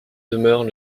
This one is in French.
demeurent